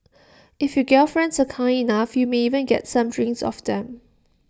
if your gal friends are kind enough you may even get some drinks off them